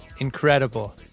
Incredible